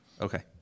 Okay